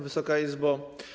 Wysoka Izbo!